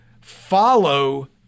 follow